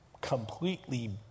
completely